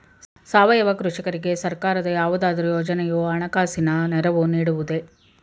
ಸಾವಯವ ಕೃಷಿಕರಿಗೆ ಸರ್ಕಾರದ ಯಾವುದಾದರು ಯೋಜನೆಯು ಹಣಕಾಸಿನ ನೆರವು ನೀಡುವುದೇ?